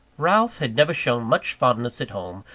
ralph had never shown much fondness at home,